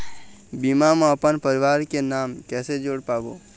बीमा म अपन परवार के नाम किसे जोड़ पाबो?